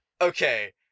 Okay